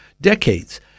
decades—